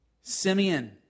Simeon